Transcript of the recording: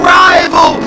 rival